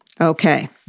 Okay